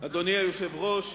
אדוני היושב-ראש,